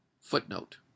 Footnote